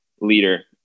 leader